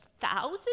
thousand